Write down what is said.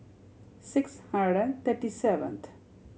six hundred and thirty seventh